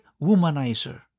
womanizer